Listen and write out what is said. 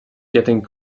getting